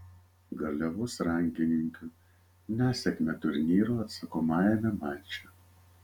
garliavos rankininkių nesėkmė turnyro atsakomajame mače